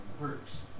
works